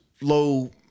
low